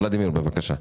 ולדימיר, בבקשה.